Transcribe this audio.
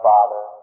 Father